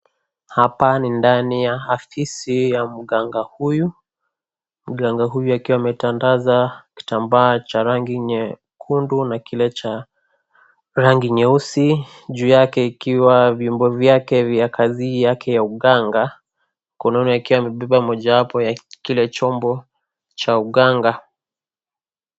Hapa ni ndani ya afisi ya mganga huyu. Mganga huyu akiwa ametandaza kitambaa cha rangi nyekundu na kile cha rangi nyeusi juu yake ikiwa vyombo vyake vya kazi hii yake ya uganga mkononi akiwa amebeba mojawapo ya ile chombo cha uganga.